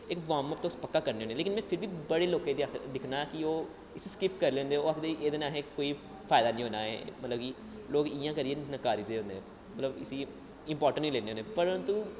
इक वार्मअप तुस पक्का करने होन्ने लेकिन में फिर बी बड़े लोकें गी दिक्खना कि ओह् इसी स्किप करी लैंदे ओह् आखदे एह्दे नै असें कोई फायदा निं होना ऐ मतलब कि लोग इ'यां करियै नकारी दिंदे मतलब इसी इंपार्टैंस निं दिंदे परन्तु